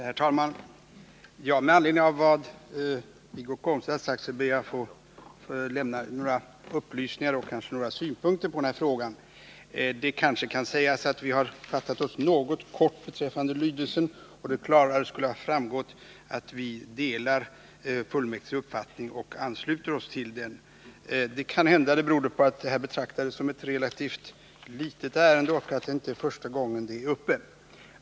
Herr talman! Med anledning av vad Wiggo Komstedt har sagt ber jag att få lämna några upplysningar och kanske anföra några synpunkter på den här frågan. Det kan måhända sägas att vi fattat oss något kort i betänkandet och att det klarare skulle ha framgått att vi delar fullmäktiges uppfattning och ansluter oss till fullmäktiges yttrande. Att vi varit så kortfattade beror kanhända på att det här betraktades som ett relativt litet ärende och att det inte är första gången saken är uppe.